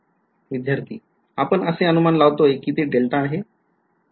विध्यार्थी आपण असे अनुमान लावतोय कि ते डेल्टा आहे